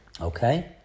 okay